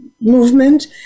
movement